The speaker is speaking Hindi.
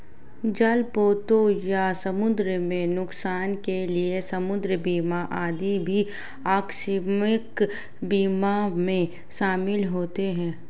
जलपोतों या समुद्र में नुकसान के लिए समुद्र बीमा आदि भी आकस्मिक बीमा में शामिल होते हैं